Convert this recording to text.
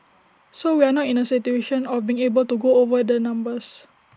so we are not in A situation of being able to go over the numbers